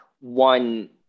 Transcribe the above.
one